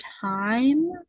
time